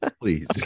please